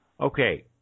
Okay